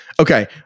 Okay